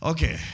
Okay